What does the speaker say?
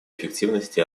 эффективности